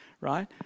right